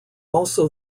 also